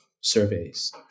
surveys